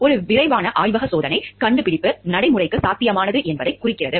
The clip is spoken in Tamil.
ஒரு விரைவான ஆய்வக சோதனை கண்டுபிடிப்பு நடைமுறைக்கு சாத்தியமானது என்பதைக் குறிக்கிறது